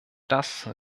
das